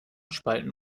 spalten